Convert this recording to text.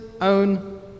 own